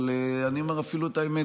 אבל אני אומר אפילו את האמת,